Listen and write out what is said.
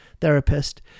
therapist